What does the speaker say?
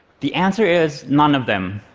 the answer is none of them.